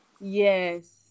Yes